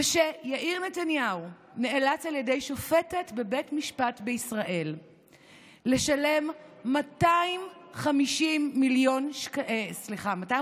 זה שיאיר נתניהו נאלץ על ידי שופטת בבית משפט בישראל לשלם 250,000 שקלים